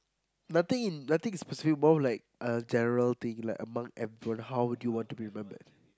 nothing in nothing specific more like a general thing like among everyone how to you want to be remembered